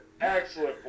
Excellent